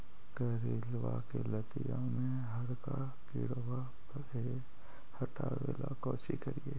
करेलबा के लतिया में हरका किड़बा के हटाबेला कोची करिए?